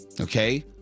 Okay